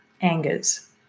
angers